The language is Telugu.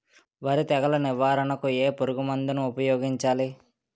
వరి తెగుల నివారణకు ఏ పురుగు మందు ను ఊపాయోగించలి?